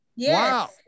Wow